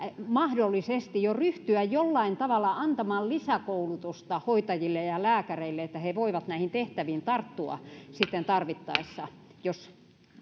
mahdollisesti ryhtyä jo jollain tavalla antamaan lisäkoulutusta hoitajille ja ja lääkäreille niin että he voivat näihin tehtäviin tarttua sitten tarvittaessa jos